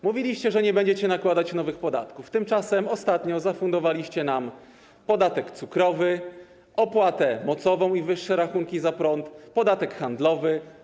Mówiliście, że nie będziecie nakładać nowych podatków, tymczasem ostatnio zafundowaliście nam podatek cukrowy, opłatę mocową i wyższe rachunki za prąd, podatek handlowy.